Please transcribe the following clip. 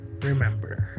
Remember